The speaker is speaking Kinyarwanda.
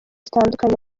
zitandukanye